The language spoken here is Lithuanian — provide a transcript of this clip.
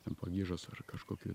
ten pagiežos ar kažkokių